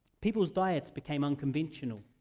people's diets became unconventional,